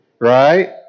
right